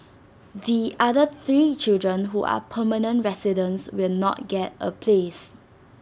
the other three children who are permanent residents will not get A place